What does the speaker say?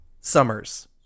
Summers